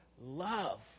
love